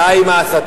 די עם ההסתה.